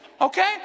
Okay